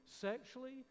sexually